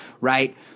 right